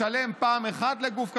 לשלם פעם אחת לגוף כשרות,